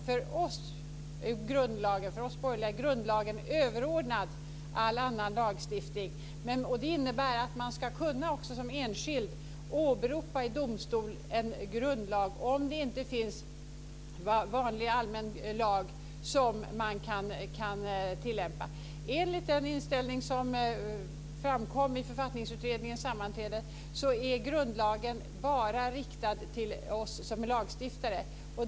För oss borgerliga är grundlagen överordnad all annan lagstiftning. Det innebär att man som enskild i domstol också ska kunna åberopa en grundlag om det inte finns vanlig allmän lag som man kan tillämpa. Enligt den inställning som framkom vid Författningsutredningens sammanträde är grundlagen bara riktad till oss som lagstiftare.